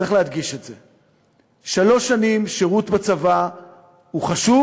צריך להדגיש את זה: שלוש שנים שירות בצבא זה חשוב,